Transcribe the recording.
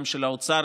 גם של האוצר,